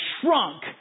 shrunk